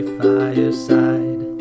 fireside